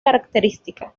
característica